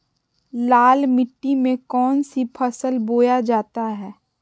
लाल मिट्टी में कौन सी फसल बोया जाता हैं?